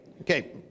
Okay